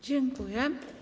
Dziękuję.